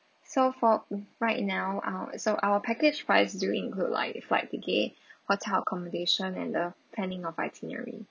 so for right now uh so our package price do include like flight ticket hotel accommodation and the planning of itinerary